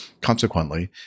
Consequently